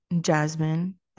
Jasmine